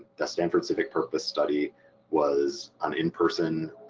the stanford civic purpose study was an in-person